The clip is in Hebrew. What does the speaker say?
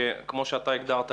כמו שאתה הגדרת,